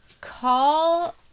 Call